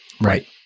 Right